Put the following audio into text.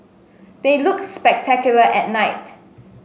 they look spectacular at night